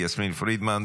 יסמין פרידמן,